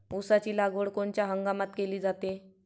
ऊसाची लागवड कोनच्या हंगामात केली जाते?